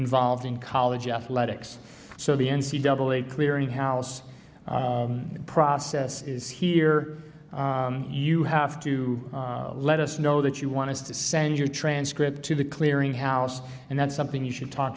involved in college athletics so the n c double a clearinghouse process is here you have to let us know that you want to send your transcript to the clearing house and that's something you should talk